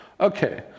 Okay